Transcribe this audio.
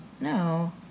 No